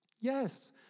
Yes